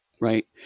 Right